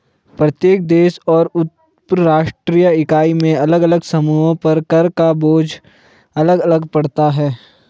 प्रत्येक देश और उपराष्ट्रीय इकाई में अलग अलग समूहों पर कर का बोझ अलग अलग पड़ता है